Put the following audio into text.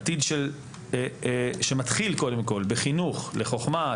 עתיד שמתחיל קודם כל בחינוך לחוכמה,